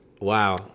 Wow